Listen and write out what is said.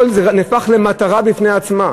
נהפך למטרה בפני עצמה.